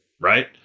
right